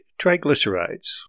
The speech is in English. triglycerides